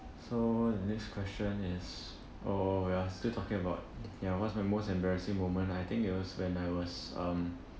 so the next question is oh we are still talking about ya what's my most embarrassing moment I think it was when I was um